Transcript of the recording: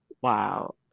Wow